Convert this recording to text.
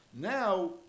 Now